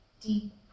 deep